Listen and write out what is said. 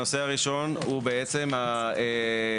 הנושא הראשון הוא בעצם הדיוקים,